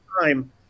time